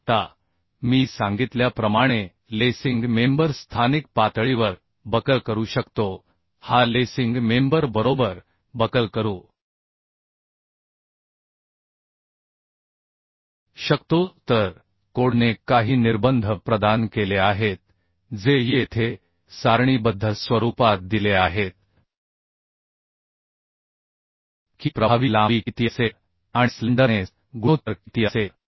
आता मी सांगितल्याप्रमाणे लेसिंग मेंबर स्थानिक पातळीवर बकल करू शकतो हा लेसिंग मेंबर बरोबर बकल करू शकतो तर कोडने काही निर्बंध प्रदान केले आहेत जे येथे सारणीबद्ध स्वरूपात दिले आहेत की प्रभावी लांबी किती असेल आणि स्लेंडरनेस गुणोत्तर किती असेल